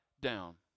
down